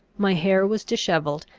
my hair was dishevelled,